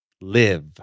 live